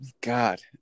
god